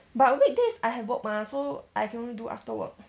but weekdays I have work mah so I can only do after work